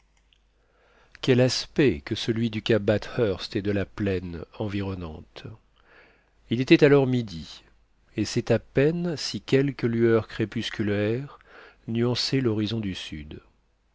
quel aspect que celui du cap bathurst et de la plaine environnante il était alors midi et c'est à peine si quelques lueurs crépusculaires nuançaient l'horizon du sud